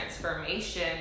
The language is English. transformation